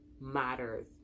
matters